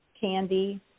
candy